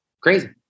Crazy